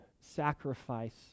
sacrifice